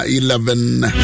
eleven